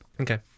okay